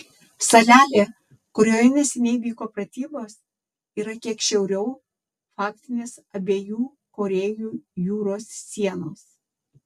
salelė kurioje neseniai vyko pratybos yra kiek šiauriau faktinės abiejų korėjų jūros sienos